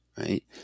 right